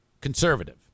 conservative